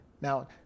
Now